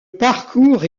parcours